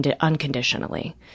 unconditionally